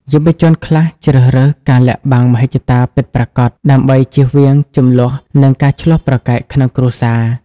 យុវជនខ្លះជ្រើសរើសការលាក់បាំងមហិច្ឆតាពិតប្រាកដ ដើម្បីជៀសវាងជម្លោះ និងការឈ្លោះប្រកែកក្នុងគ្រួសារ។